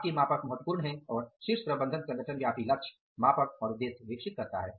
आपके मापक महत्वपूर्ण हैं और शीर्ष प्रबंधन संगठन व्यापी लक्ष्य मापक और उद्देश्य विकसित करता है